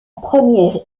première